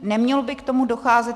Nemělo by k tomu docházet.